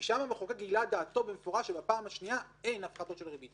שם המחוקק גילה דעתו במפורש שבפעם השנייה אין הפחתות של ריבית,